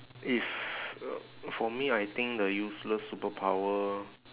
if uh for me I think the useless superpower